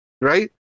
right